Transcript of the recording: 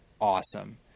awesome